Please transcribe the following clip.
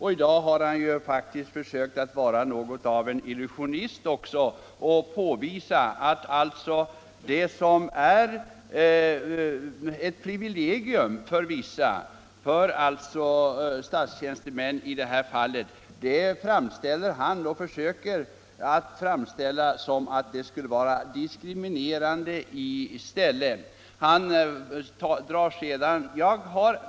I dag har han faktiskt 21 februari 1975 försökt vara något av illusionist och framställa det som är ett privilegium för vissa — för statstjänstemännen i detta fall — som om det skulle vara — Löneavdrag för diskriminerande i stället.